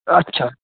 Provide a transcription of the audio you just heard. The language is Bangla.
আচ্ছা